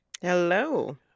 Hello